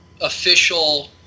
official